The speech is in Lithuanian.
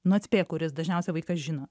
nu atspėk kuris dažniausia vaikas žino